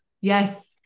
Yes